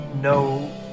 no